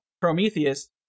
Prometheus